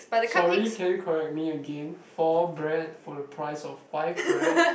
sorry can you correct me again four bread for the price of five bread